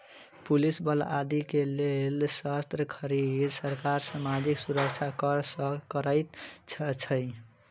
police बल आदि के लेल शस्त्र खरीद, सरकार सामाजिक सुरक्षा कर सँ करैत अछि